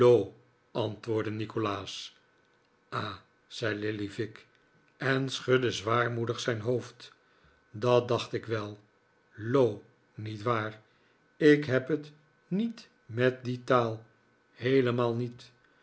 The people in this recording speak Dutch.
nikolaas ah zei lillyvick en schudde zwaarmoedig zijn hoofd dat dacht ik wel loo niet waar ik heb niet op met die taal heelemaal niet